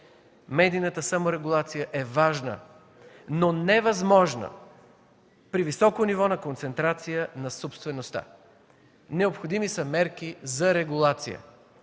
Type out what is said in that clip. Медийната саморегулация е важна, но невъзможна при високо ниво на концентрация на собствеността. Необходими са мерки за регулация.